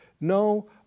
No